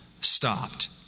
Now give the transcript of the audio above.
stopped